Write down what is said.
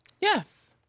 Yes